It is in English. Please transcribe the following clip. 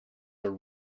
are